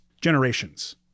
generations